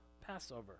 Passover